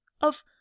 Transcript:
of—